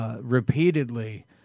Repeatedly